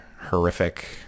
horrific